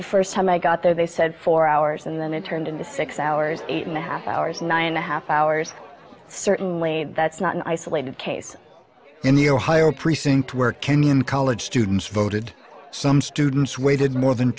the first time i got there they said four hours and then it turned into six hours eight and a half hours nine and a half hours certainly that's not an isolated case in the ohio precinct where kenyan college students voted some students waited more than